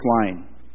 flying